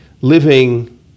living